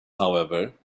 however